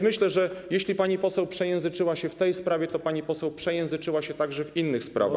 Myślę, że jeśli pani poseł przejęzyczyła się w tej sprawie, to pani poseł przejęzyczyła się także w innych sprawach.